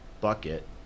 Bucket